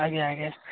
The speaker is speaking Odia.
ଆଜ୍ଞା ଆଜ୍ଞା